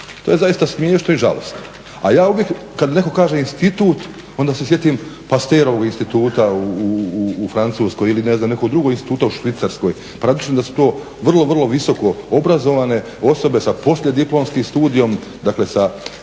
To je zaista smiješno i žalosno. A ja uvijek kad neko kaže institut onda se sjetim Pasterovog instituta u Francuskoj ili ne znam nekog drugog instituta u Švicarskoj. Pa razmišljam da su to vrlo, vrlo visoko obrazovane osobe sa poslijediplomskim studijem dakle sa